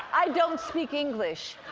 i don't speak english.